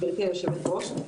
גבירתי היושבת-ראש,